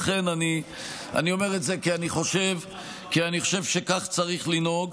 לכן אני אומר את זה, כי אני חושב שכך צריך לנהוג.